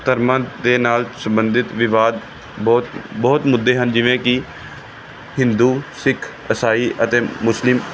ਧਰਮਾਂ ਦੇ ਨਾਲ ਸੰਬੰਧਿਤ ਵਿਵਾਦ ਬਹੁਤ ਬਹੁਤ ਮੁੱਦੇ ਹਨ ਜਿਵੇਂ ਕਿ ਹਿੰਦੂ ਸਿੱਖ ਈਸਾਈ ਅਤੇ ਮੁਸਲਿਮ